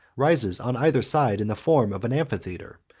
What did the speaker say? rises on either side in the form of an amphitheatre,